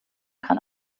kann